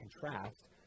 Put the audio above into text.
contrast